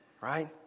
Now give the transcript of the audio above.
Right